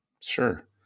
Sure